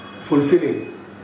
fulfilling